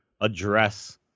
address